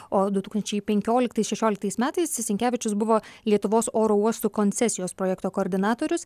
o du tūkstančiai penkioliktais šešioliktais metais sinkevičius buvo lietuvos oro uostų koncesijos projekto koordinatorius